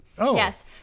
Yes